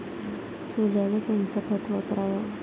सोल्याले कोनचं खत वापराव?